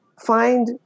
find